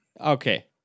Okay